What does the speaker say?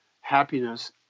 happiness